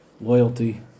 loyalty